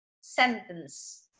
sentence